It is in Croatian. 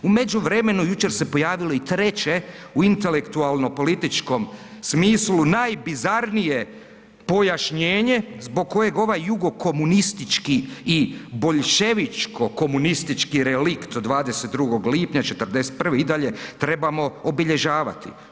U međuvremenu jučer se pojavilo i treće u intelektualno političkom smislu najbizarnije pojašnjenje zbog ovaj jugo komunistički i boljševičko komunistički relikt od 22. lipnja '41. i dalje trebamo obilježavati.